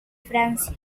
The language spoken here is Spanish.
francia